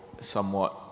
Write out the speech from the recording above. somewhat